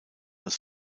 als